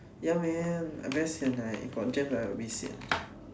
ya man I very sian eh if got jam then I a bit sian